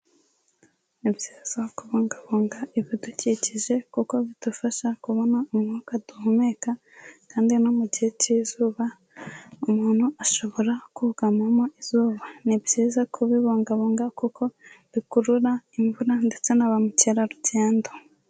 Ni byiza kubungabunga ibidukikije kuko bidufasha kubona umwuka duhumeka kandi no mu gihe cy'izuba umuntu ashobora kugamamo izuba, ni byiza kubibungabunga kuko bikurura imvura ndetse na ba mukerarugendo.